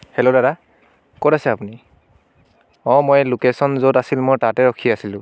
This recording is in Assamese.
হেল্ল' দাদা ক'ত আছে আপুনি অঁ মই এই লোকেচন য'ত আছিল মই তাতে ৰখি আছিলোঁ